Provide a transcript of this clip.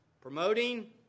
Promoting